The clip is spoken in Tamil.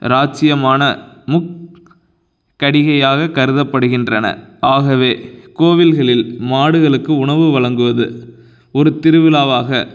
ராஜ்ஜியமான முக்கடிகையாக கருதப்படுகின்றன ஆகவே கோவில்களில் மாடுகளுக்கு உணவு வழங்குவது ஒரு திருவிழாவாக